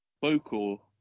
vocal